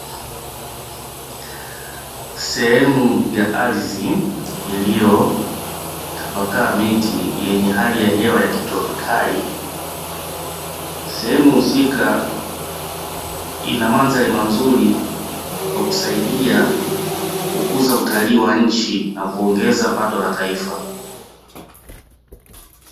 Sehemu ya ardhi iliyo tabakaa miti yenye hali ya hewa ya kitropikali. Sehemu husika ina mandhari mazuri kwa kusaidia kukuza utalii wa nchi na kuongeza pato la taifa.